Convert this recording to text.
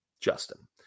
Justin